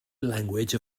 language